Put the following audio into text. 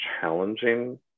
challenging